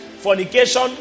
Fornication